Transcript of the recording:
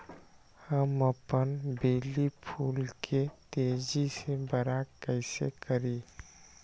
हम अपन बेली फुल के तेज़ी से बरा कईसे करी?